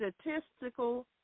statistical